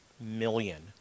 million